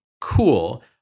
Cool